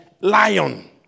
lion